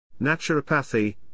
Naturopathy